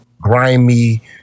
grimy